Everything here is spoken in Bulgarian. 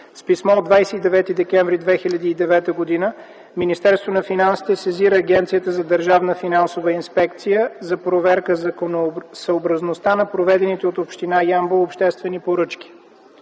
с писмо от 29 декември 2009 г. Министерството на финансите сезира Агенцията за държавна финансова инспекция за проверка законосъобразността на проведените от община Ямбол обществени поръчки.